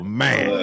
man